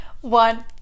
One